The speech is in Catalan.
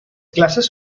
classes